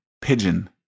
pigeon